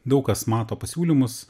daug kas mato pasiūlymus